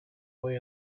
way